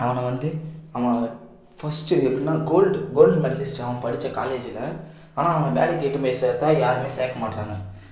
அவனை வந்து அவன் அதை ஃபர்ஸ்டு எப்பட்னா கோல்டு கோல்டு மெடலிஸ்ட்டு அவன் படித்த காலேஜில் ஆனால் அவன் வேலை கேட்டு போய் சேர்ந்தால் யாருமே சேர்க்கமாட்றாங்க